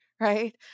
right